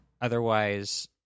Otherwise